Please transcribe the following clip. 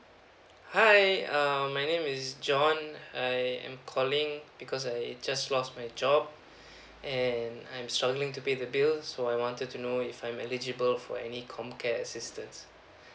hi um my name is jon I am calling because I just lost my job and I'm struggling to pay the bills so I wanted to know if I'm eligible for any comcare assistance